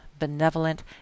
benevolent